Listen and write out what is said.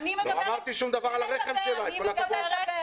לא אמרתי שום דבר על הרחם שלה, עם כל הכבוד.